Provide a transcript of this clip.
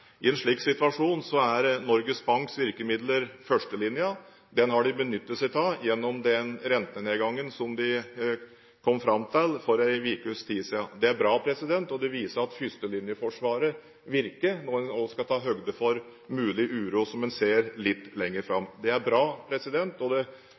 I en slik situasjon er Norges Banks virkemidler førstelinjen. Den har de benyttet seg av gjennom den rentenedgangen de kom fram til for en ukes tid siden. Det er bra, og det viser at førstelinjeforsvaret virker når en også skal ta høyde for mulig uro som en ser litt lenger fram. Det